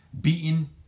beaten